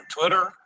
Twitter